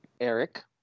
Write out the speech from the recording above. Eric